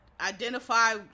identify